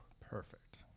Perfect